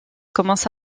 commence